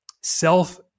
self